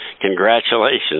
congratulations